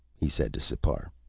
he said to sipar.